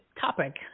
topic